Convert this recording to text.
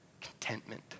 contentment